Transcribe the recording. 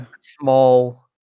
small